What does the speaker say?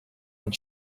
and